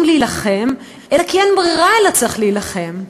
להילחם אלא כי אין ברירה וצריך להילחם,